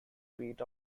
beat